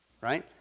right